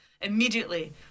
Immediately